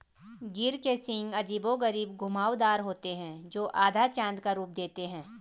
गिर के सींग अजीबोगरीब घुमावदार होते हैं, जो आधा चाँद का रूप देते हैं